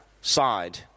side